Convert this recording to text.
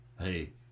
Hey